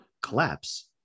collapse